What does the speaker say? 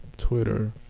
Twitter